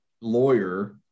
lawyer